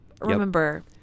Remember